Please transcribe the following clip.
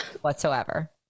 whatsoever